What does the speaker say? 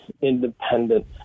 independent